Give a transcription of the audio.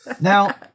now